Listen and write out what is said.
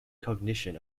cognition